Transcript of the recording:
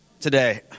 today